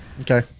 Okay